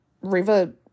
river